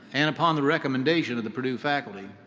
and upon the recommendation of the purdue faculty,